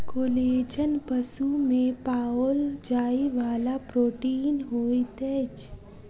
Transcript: collagen पशु में पाओल जाइ वाला प्रोटीन होइत अछि